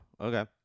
Okay